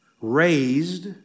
Raised